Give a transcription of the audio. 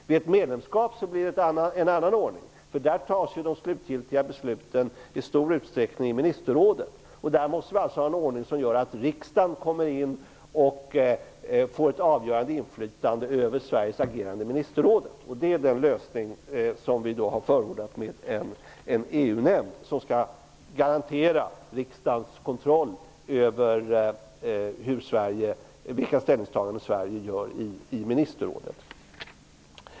Vid ett medlemskap blir det en annan ordning. Då tas de avgörande besluten i stor utsträckning i ministerrådet. I det sammanhanget måste vi ha en ordning där riksdagen får ett avgörande inflytande över Sveriges agerande i ministerrådet. Det är den lösning som vi har förordat, med en EU-nämnd som skall garantera riksdagens kontroll över de ställningstaganden som Sverige gör i ministerrådet.